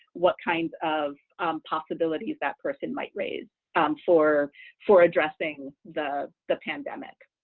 what kinds of possibilities that person might raise for for addressing the the pandemic.